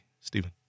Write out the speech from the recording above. Stephen